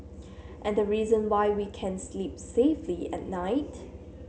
and reason why we can sleep safely at night